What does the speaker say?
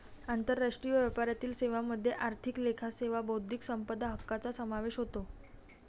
आंतरराष्ट्रीय व्यापारातील सेवांमध्ये आर्थिक लेखा सेवा बौद्धिक संपदा हक्कांचा समावेश होतो